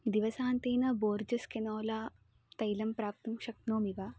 दिवसान्तेन Borges canola तैलं प्राप्तुं शक्नोमि वा